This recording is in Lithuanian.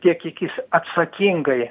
tiek kiek jis atsakingai